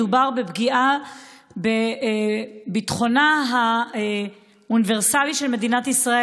מדובר בפגיעה בביטחונה האוניברסלי של מדינת ישראל.